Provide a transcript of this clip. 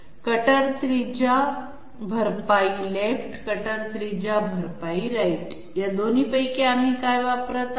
cutter radius compensation left आणि cutter radius compensation right या दोन्ही पैकी आम्ही काय वापरत आहोत